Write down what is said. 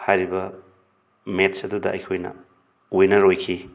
ꯍꯥꯏꯔꯤꯕ ꯃꯦꯠꯁ ꯑꯗꯨꯗ ꯑꯩꯈꯣꯏꯅ ꯋꯤꯟꯅꯔ ꯑꯣꯏꯈꯤ